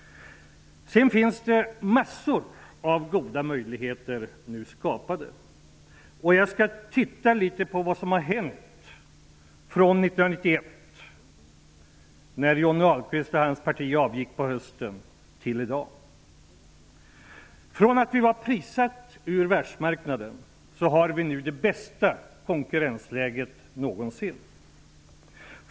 Sedan vill jag säga att massor av goda möjligheter nu har skapats. Jag skall titta litet på vad som har hänt sedan hösten 1991, när det parti Johnny Ahlqvist tillhör lämnade regeringsmakten. Vi hade då prissatt oss ut från världsmarknaden, och vi har nu det bästa konkurrensläget någonsin.